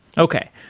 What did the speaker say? okay.